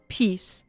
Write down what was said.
peace